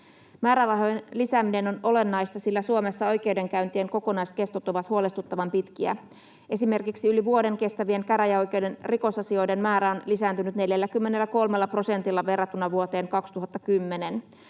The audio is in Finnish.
Määrärahojen lisääminen on olennaista, sillä Suomessa oikeudenkäyntien kokonaiskestot ovat huolestuttavan pitkiä. Esimerkiksi yli vuoden kestävien käräjäoikeuden rikosasioiden määrä on lisääntynyt 43 prosentilla verrattuna vuoteen 2010.